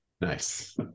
Nice